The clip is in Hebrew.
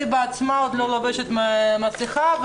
והיא בעצמה לא חובשת מסכה.